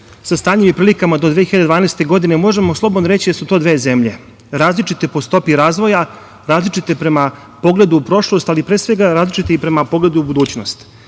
sa stanjem i prilikama do 2012. godine možemo slobodno reći da su to dve zemlje, različite po stopi razvoja, različite prema pogledu u prošlost, ali pre svega različite prema pogledu u budućnost. Danas